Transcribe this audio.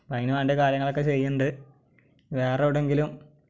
അപ്പോൾ അതിന് വേണ്ട കാര്യങ്ങളൊക്കെ ചെയ്യുന്നുണ്ട് വേറെ എവിടെ എങ്കിലും